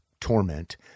torment